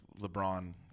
LeBron